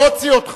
לא אוציא אותך.